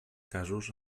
casos